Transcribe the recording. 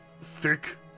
Thick